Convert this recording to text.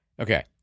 Okay